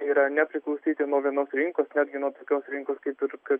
yra nepriklausyti nuo vienos rinkos netgi nuo tokios rinkos kaip ir ka